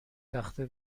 تخته